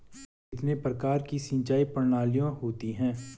कितने प्रकार की सिंचाई प्रणालियों होती हैं?